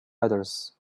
others